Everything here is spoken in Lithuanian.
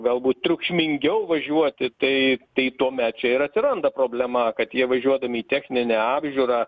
galbūt triukšmingiau važiuoti tai tai tuomet čia ir atsiranda problema kad jie važiuodami techninę apžiūrą